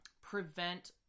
prevent